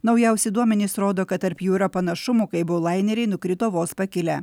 naujausi duomenys rodo kad tarp jų yra panašumų kai abu laineriai nukrito vos pakilę